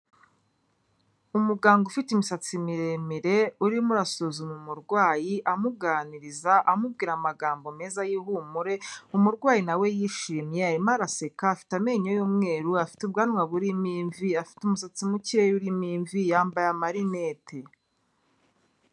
Umuganga ufite imisatsi miremire urimo urasuzuma umurwayi, amuganiriza amubwira amagambo meza y'ihumure, umurwayi nawe yishimye, arimo araseka, afite amenyo y'umweru, afite ubwanwa burimo imvi, afite umusatsi mukeya urimo imvi, yambaye amarineti.